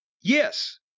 Yes